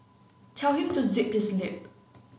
tell him to zip his lip